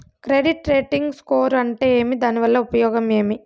Credit rating score అంటే ఏమి దాని వల్ల ఉపయోగం ఏమి?